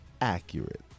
accurate